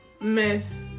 Miss